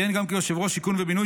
הוא כיהן גם כיושב-ראש שיכון ובינוי,